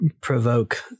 provoke